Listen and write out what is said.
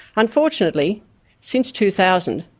unfortunately since two thousand,